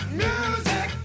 music